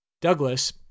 Douglas